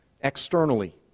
externally